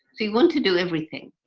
they want to do everything.